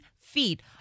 feet